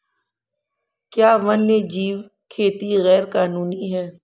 क्या वन्यजीव खेती गैर कानूनी है?